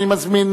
אני מזמין,